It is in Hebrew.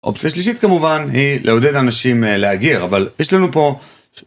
אופציה שלישית כמובן היא לעודד אנשים להגר, אבל יש לנו פה...